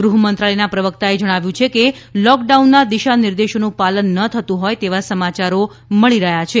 ગૃહ મંત્રાલયના પ્રવકતાએ જણાવ્યું છે કે લોકડાઉનના દિશા નિર્દેશોનું પાલન ન થતું હોય તેવા સમાયારો મળી રહયાં છે